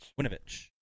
Winovich